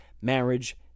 marriage